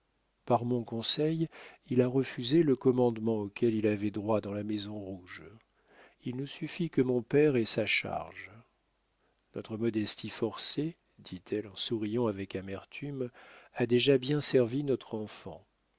par mon conseil il a refusé le commandement auquel il avait droit dans la maison rouge il nous suffit que mon père ait sa charge notre modestie forcée dit-elle en souriant avec amertume a déjà bien servi notre enfant